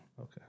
Okay